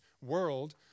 world